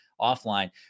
offline